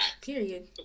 Period